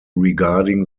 regarding